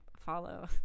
follow